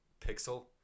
pixel